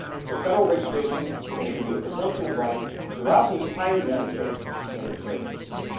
so, federal registration is going to give you a presumption of rights throughout the entire united states and its territories.